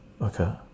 okay